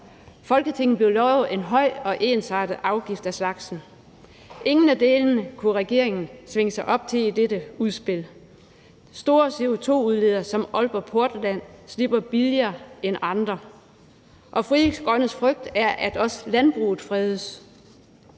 Folketinget blev lovet en høj og ensartet afgift af slagsen. Ingen af delene kunne regeringen svinge sig op til i dette udspil. Store CO2-udledere som Aalborg Portland slipper billigere end andre, og Frie Grønnes frygt er, at også landbruget fredes,